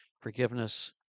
forgiveness